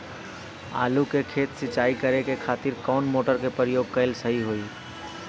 आलू के खेत सिंचाई करे के खातिर कौन मोटर के प्रयोग कएल सही होई?